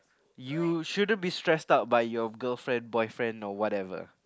you shouldn't be stressed out by your girlfriend boyfriend or whatever